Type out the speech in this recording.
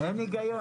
אין היגיון.